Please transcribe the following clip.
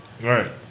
Right